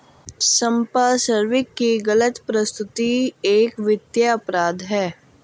संपार्श्विक की गलत प्रस्तुति एक वित्तीय अपराध है